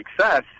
success